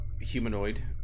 humanoid